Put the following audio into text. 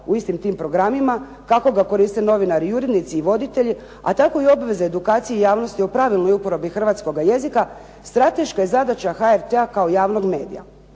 u istim tim programima kako ga koriste novinari i urednici i voditelji, a tako i obveze edukacije javnosti o pravilnoj uporabi hrvatskoga jezika strateška je zadaća HRT-a kao javnog medija".